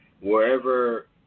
wherever